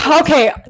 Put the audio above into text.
Okay